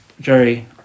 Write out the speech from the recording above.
Jerry